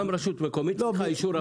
גם רשות מקומית צריכה אישור.